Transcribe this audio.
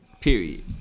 Period